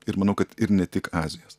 ir manau kad ir ne tik azijos